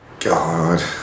God